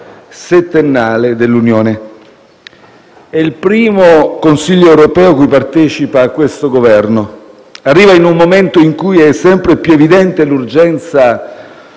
Grazie,